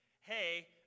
hey